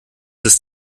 ist